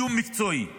ודיון מקצועי.